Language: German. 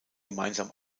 gemeinsam